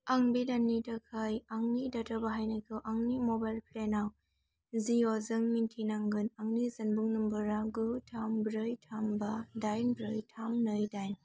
आं बे दाननि थाखाय आंनि डाटा बाहायनायखौ आंनि मबाइल प्लेन आव जिअ आ जों मिन्थिनांगोन आंनि जानबुं नम्बरआ गु थाम ब्रै थाम बा दाइन ब्रै थाम नै दाइन